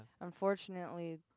Unfortunately